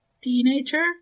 teenager